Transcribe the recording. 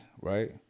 right